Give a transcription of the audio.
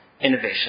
innovation